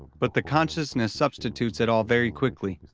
but the consciousness substitutes it all very quickly.